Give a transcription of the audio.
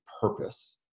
purpose